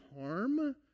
harm